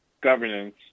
governance